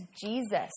Jesus